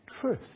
truth